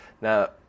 Now